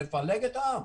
נפלג את העם,